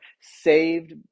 saved